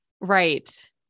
Right